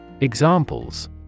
Examples